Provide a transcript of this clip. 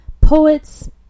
Poets